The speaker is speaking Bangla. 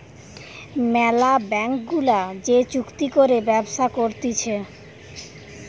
ম্যালা ব্যাঙ্ক গুলা যে চুক্তি করে ব্যবসা করতিছে